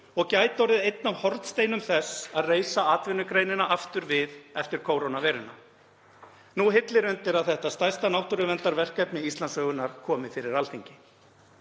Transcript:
og gæti orðið einn af hornsteinum þess að reisa atvinnugreinina aftur við eftir kórónuveiruna. Nú hillir undir að þetta stærsta náttúruverndarverkefni Íslandssögunnar komi fyrir Alþingi.